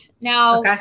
Now